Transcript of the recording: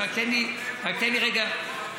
היושב-ראש.